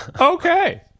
Okay